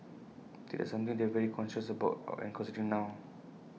did something they've very conscious about and considering now